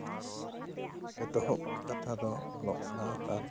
ᱮᱛᱚᱦᱚᱵ ᱠᱟᱛᱷᱟ ᱫᱚ ᱚᱞᱚᱜ ᱯᱟᱲᱦᱟᱣ